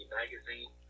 magazine